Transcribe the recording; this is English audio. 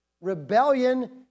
rebellion